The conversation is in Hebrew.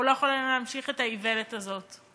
אנחנו לא יכולים להמשיך את האיוולת הזאת.